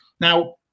Now